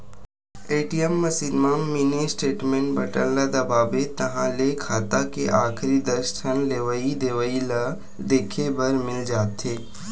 ATM machine म mini statement button ल दबाबे ताहाँले खाता के आखरी दस ठन लेवइ देवइ ल देखे बर मिल जाथे